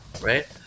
right